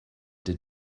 did